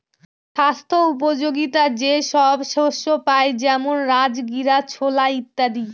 স্বাস্থ্যোপযোগীতা যে সব শস্যে পাই যেমন রাজগীরা, ছোলা ইত্যাদি